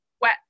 wet